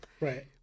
Right